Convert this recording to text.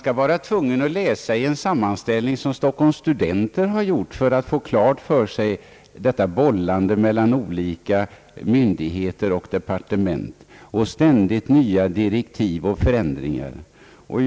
Man är tvungen att läsa en sammanställning som Stockholms studenter gjort för att få klart för sig vilket bollande som ägt rum mellan olika myndigheter och departement. Ständigt har nya direktiv givits, och förändringar har gjorts.